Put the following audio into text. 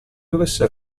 dovesse